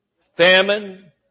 famine